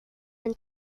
and